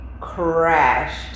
crashed